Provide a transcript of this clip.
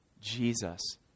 Jesus